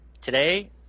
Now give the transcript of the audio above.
today